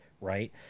right